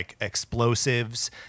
explosives